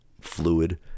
fluid